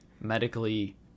medically